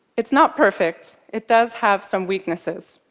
it's not perfect. it does have some weaknesses.